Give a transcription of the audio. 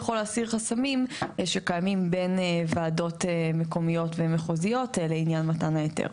יכול להסיר חסמים שקיימים בין ועדות מקומיות ומחוזיות לעניין מתן ההיתר.